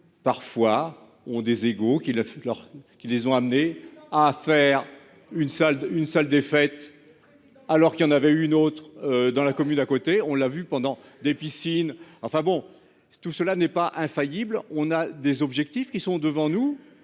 parfois ont des égo qui le leur, qui les ont amenés à faire une salle d'une salle des fêtes. Alors qu'il y en avait une autre dans la commune à côté on l'a vu pendant des piscines, enfin bon, si tout cela n'est pas infaillible, on a des objectifs qui sont devant nous.